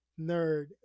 nerd